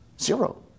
zero